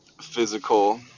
physical